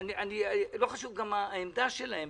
גם לא חשוב מה העמדה שלהם,